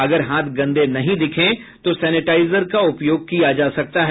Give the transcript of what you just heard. अगर हाथ गंदे नहीं दिखें तो सेनेटाइजर का उपयोग किया जा सकता है